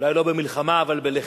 אולי לא במלחמה, אבל בלחימה,